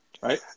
Right